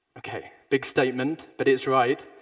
okay. big statement, but it's right.